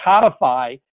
codify